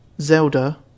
Zelda